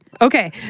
Okay